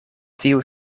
tiu